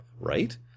right